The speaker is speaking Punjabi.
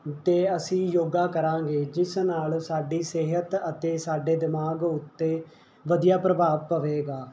ਅਤੇ ਅਸੀਂ ਯੋਗਾ ਕਰਾਂਗੇ ਜਿਸ ਨਾਲ ਸਾਡੀ ਸਿਹਤ ਅਤੇ ਸਾਡੇ ਦਿਮਾਗ ਉੱਤੇ ਵਧੀਆ ਪ੍ਰਭਾਵ ਪਵੇਗਾ